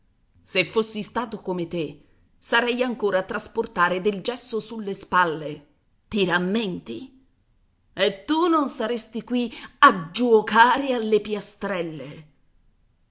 se fossi stato come te sarei ancora a trasportare del gesso sulle spalle ti rammenti e tu non saresti qua a giuocare alle piastrelle